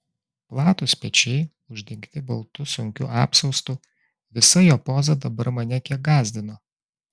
platūs pečiai uždengti baltu sunkiu apsiaustu visa jo poza dabar mane kiek gąsdino